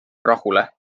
rahule